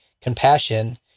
compassion